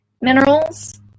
minerals